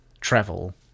travel